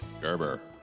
Gerber